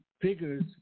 figures